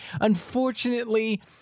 unfortunately